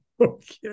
Okay